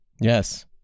Yes